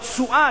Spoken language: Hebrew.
התשואה,